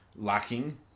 lacking